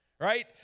right